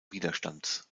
widerstands